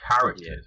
characters